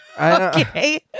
okay